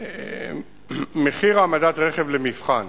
מחיר העמדת רכב למבחן,